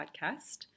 podcast